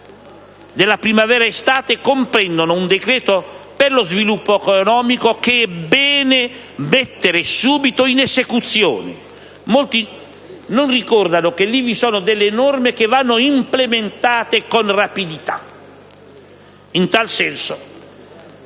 della primavera-estate comprende un decreto per lo sviluppo economico che è bene mettere subito in esecuzione. Molti non ricordano che lì vi sono delle norme che vanno implementate con rapidità. In tal senso,